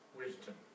wisdom